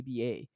ABA